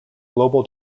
global